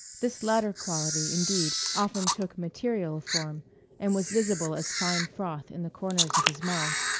this latter quality, indeed, often took material form and was visible as fine froth in the corners of his mouth.